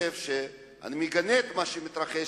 אני מגנה את מה שמתרחש,